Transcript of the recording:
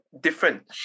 different